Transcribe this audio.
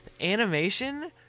Animation